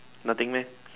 nothing meh